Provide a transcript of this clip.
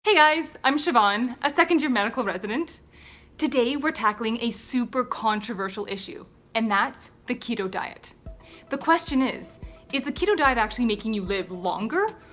hey guys, i'm siobhan a second-year medical resident today we're tackling a super controversial issue and that's the keto diet the question is is the keto diet actually making you live longer?